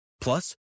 Plus